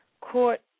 court